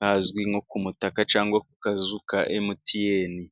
hazwi nko ku mutaka ,cyangwa ku kazu ka emutiyene.